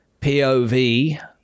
POV